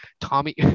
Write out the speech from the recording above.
Tommy